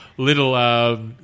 little